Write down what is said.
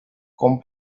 con